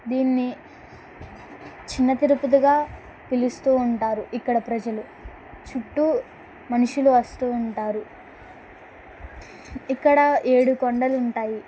దీన్ని చిన్న తిరుపతిగా పిలుస్తూ ఉంటారు ఇక్కడ ప్రజలు చుట్టూ మనుషులు వస్తూ ఉంటారు ఇక్కడ ఏడుకొండలుంటాయి